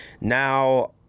Now